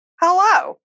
hello